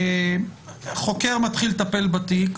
חוקר מתחיל לטפל בתיק,